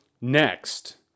Next